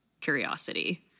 curiosity